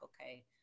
okay